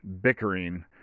bickering